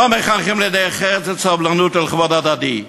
לא מחנכים לדרך ארץ, לסובלנות ולכבוד הדדי.